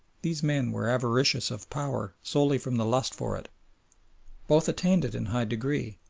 these men were avaricious of power solely from the lust for it both attained it in high degree,